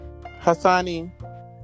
hasani